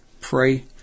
pray